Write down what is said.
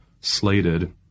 slated